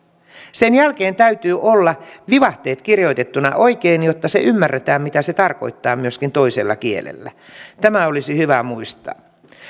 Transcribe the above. sen jälkeen täytyy olla vivahteet kirjoitettuina oikein jotta se ymmärretään mitä se tarkoittaa myöskin toisella kielellä tämä olisi hyvä muistaa